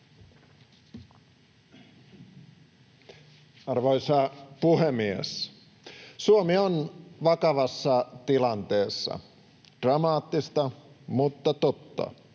Arvoisa puhemies! Suomi on vakavassa tilanteessa — dramaattista mutta totta.